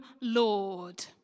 Lord